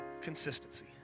consistency